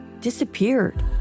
disappeared